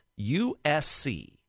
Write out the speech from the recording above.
USC